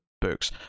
books